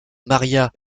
maria